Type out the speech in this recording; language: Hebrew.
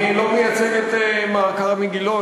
אני לא מייצג את מר כרמי גילון.